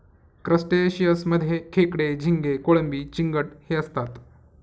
crustaceans मध्ये खेकडे, झिंगे, कोळंबी, चिंगट हे असतात